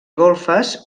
golfes